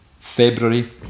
February